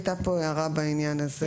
הייתה פה הערה בעניין הזה.